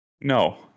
No